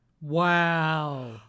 wow